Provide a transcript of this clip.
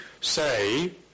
say